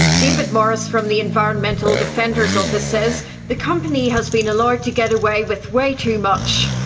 david morris from the environmental defenders office says the company has been allowed to get away with way too much.